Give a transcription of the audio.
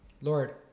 Lord